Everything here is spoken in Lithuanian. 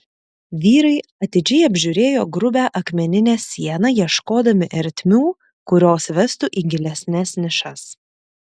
vyrai atidžiai apžiūrėjo grubią akmeninę sieną ieškodami ertmių kurios vestų į gilesnes nišas